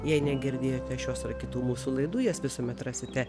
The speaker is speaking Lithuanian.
jei negirdėjote šios ar kitų mūsų laidų jas visuomet rasite